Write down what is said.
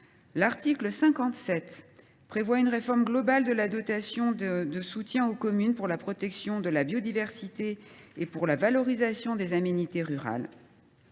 L’article 57 prévoit une réforme globale de la dotation de soutien aux communes pour la protection de la biodiversité et pour la valorisation des aménités rurales.